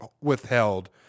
withheld